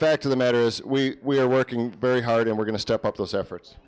fact of the matter is we are working very hard and we're going to step up those efforts